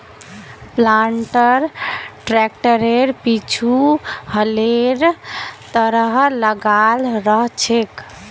planter ट्रैक्टरेर पीछु हलेर तरह लगाल रह छेक